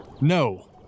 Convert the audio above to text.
No-